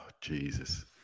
Jesus